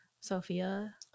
Sophia